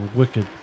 wicked